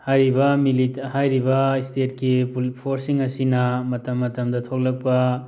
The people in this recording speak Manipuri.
ꯍꯥꯏꯔꯤꯕ ꯃꯤꯂꯤꯇ ꯍꯥꯏꯔꯤꯕ ꯏꯁꯇꯦꯠꯀꯤ ꯐꯣꯔꯁꯁꯤꯡ ꯑꯁꯤꯅ ꯃꯇꯝ ꯃꯇꯝꯗ ꯊꯣꯛꯂꯛꯄ